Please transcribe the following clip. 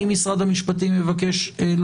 בבקשה.